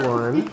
one